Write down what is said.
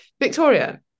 victoria